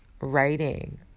writing